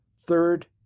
third